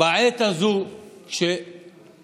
בעת הזו, שבה